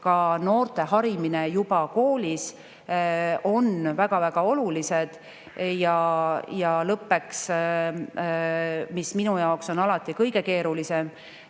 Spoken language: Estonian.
ka noorte harimine juba koolis on väga-väga oluline. Ja lõppeks, mis minu jaoks on alati kõige keerulisem,